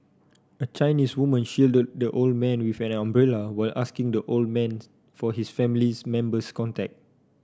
a Chinese woman shielded the old man with an umbrella while asking the old man for his family's member's contact